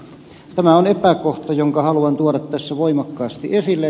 tämä on epäkohta jonka haluan tuoda tässä voimakkaasti esille